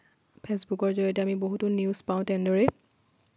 ফেছবুকৰ জৰিয়তে আমি বহুতো নিউজ পাওঁ তেনেদৰে